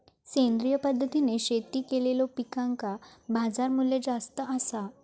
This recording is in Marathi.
सेंद्रिय पद्धतीने शेती केलेलो पिकांका बाजारमूल्य जास्त आसा